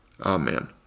Amen